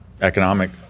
economic